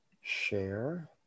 share